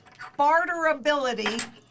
barterability